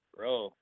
Bro